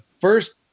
first